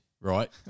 right